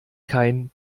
kein